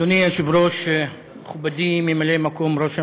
אדוני היושב-ראש, מכובדי, ממלא-מקום ראש הממשלה,